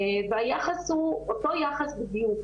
והיחס הוא אותו יחס בדיוק.